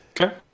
Okay